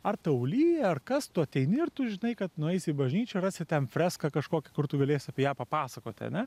ar tau lyja ar kas tu ateini ir tu žinai kad nueisi į bažnyčią rasi ten freską kažkokią kur tu galėsi apie ją papasakoti ane